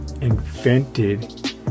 invented